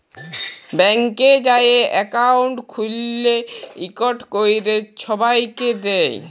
ব্যাংকে যাঁয়ে একাউল্ট খ্যুইলে ইকট ক্যরে ছবাইকে দেয়